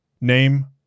Name